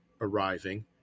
arriving